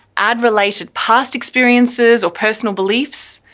add related past experiences or personal beliefs.